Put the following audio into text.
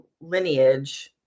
lineage